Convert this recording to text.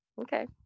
Okay